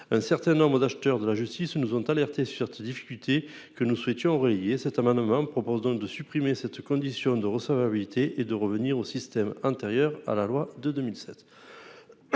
Un certain nombre d'acteurs de la justice nous ont alertés sur cette difficulté, que nous souhaitons faire disparaître. Cet amendement vise donc à supprimer la condition de recevabilité et à revenir au système antérieur à la loi de 2007.